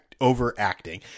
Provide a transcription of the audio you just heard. overacting